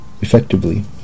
Effectively